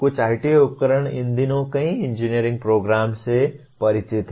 कुछ IT उपकरण इन दिनों कई इंजीनियरिंग प्रोग्राम्स से परिचित हैं